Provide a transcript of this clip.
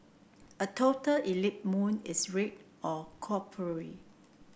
a total eclipse moon is red or coppery